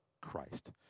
Christ